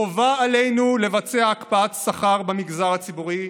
חובה עלינו לבצע הקפאת שכר במגזר הציבורי,